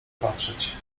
patrzeć